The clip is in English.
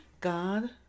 God